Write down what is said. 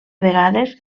vegades